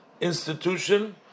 institution